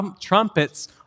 trumpets